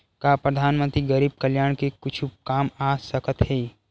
का परधानमंतरी गरीब कल्याण के कुछु काम आ सकत हे